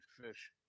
fish